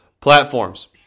platforms